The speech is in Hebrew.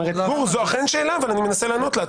גור, זו אכן שאלה אבל אני מנסה לענות עליה.